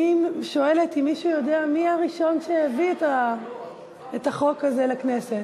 אני שואלת: האם מישהו יודע מי הראשון שהביא את החוק הזה לכנסת?